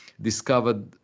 discovered